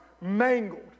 mangled